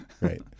Right